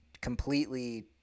completely